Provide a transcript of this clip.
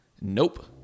Nope